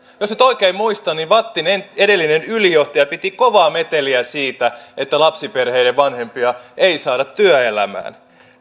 jos nyt oikein muistan niin vattin edellinen ylijohtaja piti kovaa meteliä siitä että lapsiperheiden vanhempia ei saada työelämään